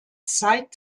zeit